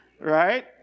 Right